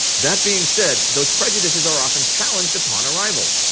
that being said, those prejudices are often challenged upon arrival.